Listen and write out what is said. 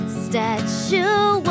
statue